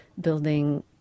building